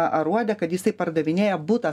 aruode kad jisai pardavinėja butą